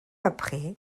après